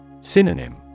Synonym